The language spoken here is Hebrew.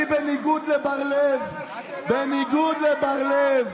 אני, בניגוד לבר לב, בניגוד לבר לב,